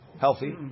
Healthy